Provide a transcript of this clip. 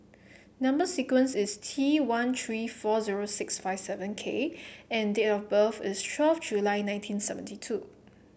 number sequence is T one three four zero six five seven K and date of birth is twelve July nineteen seventy two